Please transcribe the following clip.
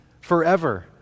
forever